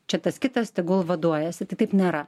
čia tas kitas tegul vaduojasi tai taip nėra